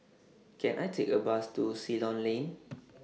Can I Take A Bus to Ceylon Lane